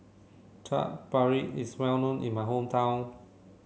Chaat Papri is well known in my hometown